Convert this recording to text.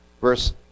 Verse